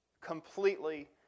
Completely